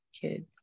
kids